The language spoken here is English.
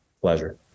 Pleasure